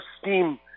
steam